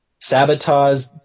sabotage